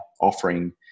offering